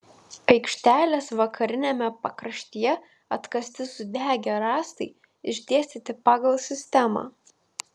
aikštelės vakariniame pakraštyje atkasti sudegę rąstai išdėstyti pagal sistemą